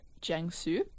Jiangsu